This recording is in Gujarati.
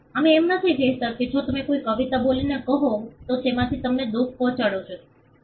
અમે એમ નથી કહેતા કે જો તમને કોઈ કવિતા બોલીને કહે તો તેનાથી તમને દુખ પહોંચાડે તો